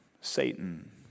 Satan